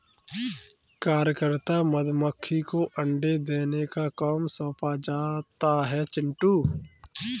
कार्यकर्ता मधुमक्खी को अंडे देने का काम सौंपा जाता है चिंटू